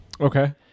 Okay